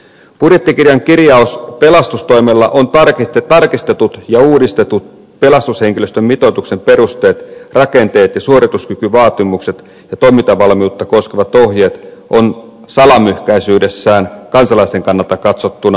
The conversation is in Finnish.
budjettikirjan kirjaus pelastustoimella on tarkistetut ja uudistetut pelastushenkilöstön mitoituksen perusteet rakenteet ja suorituskykyvaatimukset ja toimintavalmiutta koskevat ohjeet on salamyhkäisyydessään kansalaisten kannalta katsottuna arveluttava